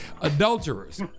Adulterers